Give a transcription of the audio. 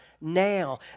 now